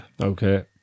Okay